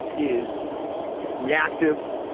is reactive,